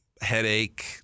headache